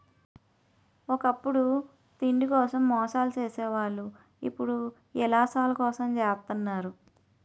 ఒకప్పుడు తిండి కోసం మోసాలు సేసే వాళ్ళు ఇప్పుడు యిలాసాల కోసం జెత్తన్నారు